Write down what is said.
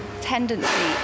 tendency